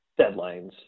deadlines